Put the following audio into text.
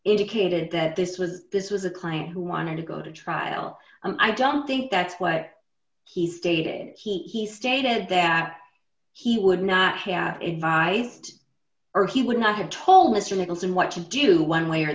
indicated that this was this was a client who wanted to go to trial and i don't think that's what he stated he stated that he would not have invited or he would not have told mr nicholson what to do one way or